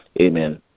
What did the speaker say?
Amen